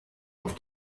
auf